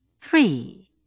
Three